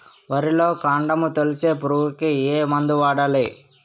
వరిలో కాండము తొలిచే పురుగుకు ఏ మందు వాడాలి?